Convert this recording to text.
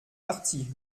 parti